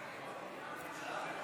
בעד,